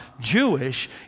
Jewish